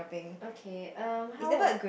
okay um how